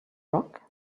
rock